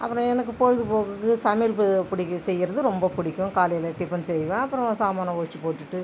அப்புறம் எனக்கு பொழுதுபோக்குக்கு சமையல் பிடிக்கு செய்யிறது ரொம்ப பிடிக்கும் காலையில் டிபன் செய்வேன் அப்புறம் சாமானை ஒழுத்துப்போட்டுட்டு